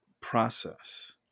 process